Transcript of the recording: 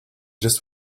just